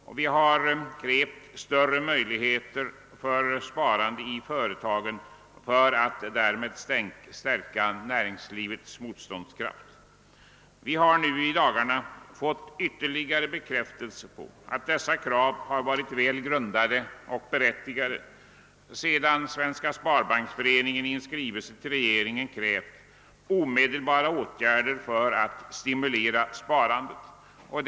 Vidare har vi krävt större möjligheter för sparande i företagen för att stärka näringslivets motståndskraft. I dagarna har vi fått ytterligare bekräftelse på att dessa våra krav har varit väl grundade och berättigade, sedan Svenska sparbanksföreningen i en skrivelse till regeringen krävt omedelbara åtgärder för att stimulera sparandet.